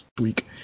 week